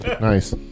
Nice